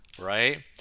Right